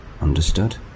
Understood